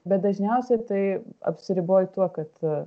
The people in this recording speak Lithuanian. bet dažniausia tai apsiriboji tuo kad